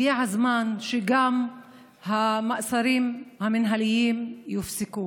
הגיע הזמן שגם המעצרים המינהליים יופסקו.